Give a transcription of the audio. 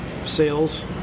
Sales